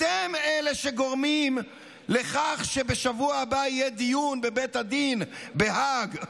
אתם אלה שגורמים לכך שבשבוע הבא יהיה דיון בבית הדין בהאג,